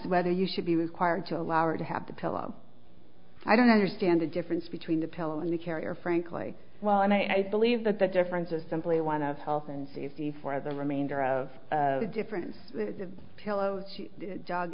whether you should be required to allow or to have the pillow i don't understand the difference between the pillow and the carrier frankly well i believe that the difference is simply one of health and safety for the remainder of the difference pillow jog